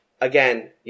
again